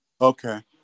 Okay